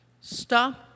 Stop